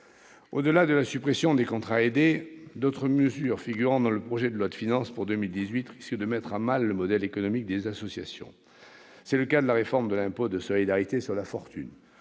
Au-delà de la suppression des contrats aidés, d'autres mesures figurant dans le projet de loi de finances pour 2018 risquent de mettre à mal le modèle économique des associations. C'est le cas de la réforme de l'impôt de solidarité sur la fortune